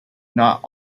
not